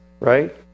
right